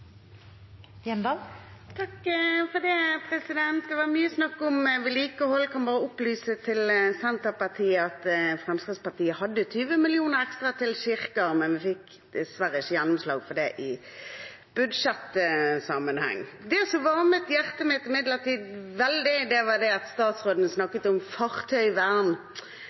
var mye snakk om vedlikehold. Jeg kan bare opplyse Senterpartiet om at Fremskrittspartiet hadde 20 mill. kr ekstra til kirker, men vi fikk dessverre ikke gjennomslag for det i budsjettsammenheng. Det som imidlertid varmet mitt hjerte veldig, var at statsråden snakket om